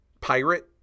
pirate